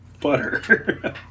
butter